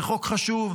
זה חוק חשוב,